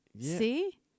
see